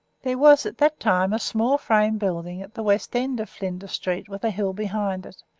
there was at that time a small frame building at the west end of flinders street, with a hill behind it,